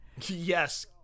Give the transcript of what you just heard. Yes